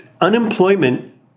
Unemployment